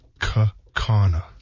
Kakana